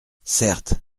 certes